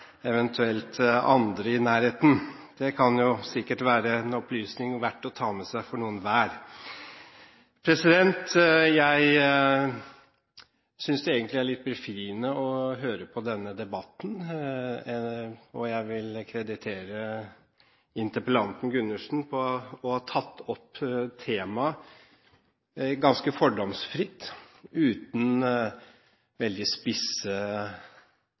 eventuelt andre i nærheten. Det kan sikkert være en opplysning verd å ta med seg for noen hver. Jeg synes det egentlig er litt befriende å høre på denne debatten. Jeg vil kreditere interpellanten Gundersen for å ha tatt opp temaet, ganske fordomsfritt og uten veldig spisse